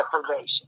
deprivation